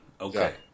Okay